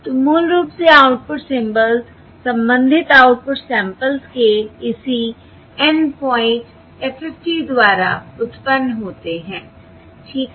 तो मूल रूप से आउटपुट सिंबल्स संबंधित आउटपुट सैंपल्स के इसी N पॉइंट FFT द्वारा उत्पन्न होते हैं ठीक है